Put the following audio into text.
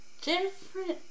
different